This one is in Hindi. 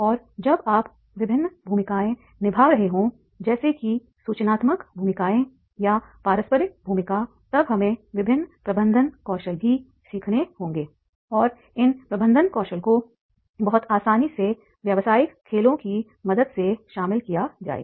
और जब आप विभिन्न भूमिकाएँ निभा रहे हों जैसे कि सूचनात्मक भूमिकाएँ या पारस्परिक भूमिका तब हमें विभिन्न प्रबंधन कौशल भी सीखने होंगे और इन प्रबंधन कौशल को बहुत आसानी से व्यावसायिक खेलों की मदद से शामिल किया जाएगा